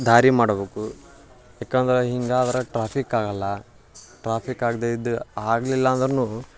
ದಾರಿ ಮಾಡ್ಬೇಕು ಯಾಕಂದ್ರೆ ಹಿಂಗಾದ್ರೆ ಟ್ರಾಫಿಕ್ಕಾಗೋಲ್ಲ ಟ್ರಾಫಿಕ್ಕಾಗದೇ ಇದ್ದು ಆಗಲಿಲ್ಲ ಅಂದ್ರು